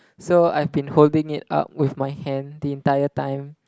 so I've been holding it up with my hand the entire time